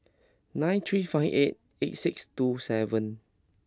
nine three five eight eight six two seven